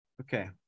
Okay